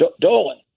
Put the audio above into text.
Dolan